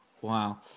Wow